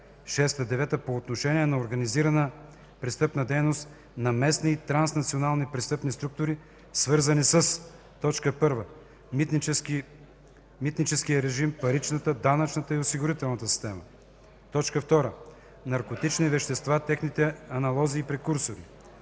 6-9 по отношение на организирана престъпна дейност на местни и транснационални престъпни структури, свързана със: 1. митническия режим, паричната, данъчната и осигурителната система; 2. наркотични вещества, техните аналози и прекурсори;